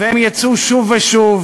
והם יצאו שוב ושוב,